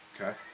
Okay